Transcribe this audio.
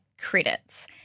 credits